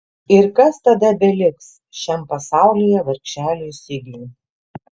ir kas tada beliks šiam pasaulyje vargšeliui sigiui